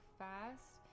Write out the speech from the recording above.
fast